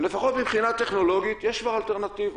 לפחות מבחינה טכנולוגית יש כבר אלטרנטיבות,